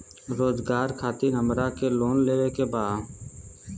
रोजगार खातीर हमरा के लोन लेवे के बा?